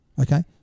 Okay